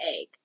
egg